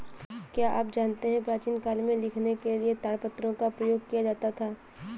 क्या आप जानते है प्राचीन काल में लिखने के लिए ताड़पत्रों का प्रयोग किया जाता था?